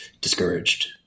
discouraged